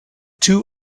two